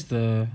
where's the